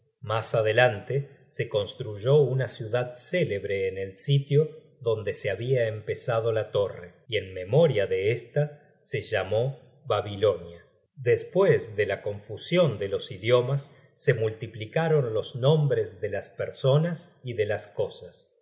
mas adelante se construyó una ciudad célebre en el sitio donde se habia empezado la torre y en memoria de esta se llamó babilonia despues de la confusion de los idiomas se multiplicaron los nombres de las personas y de las cosas